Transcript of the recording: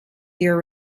dear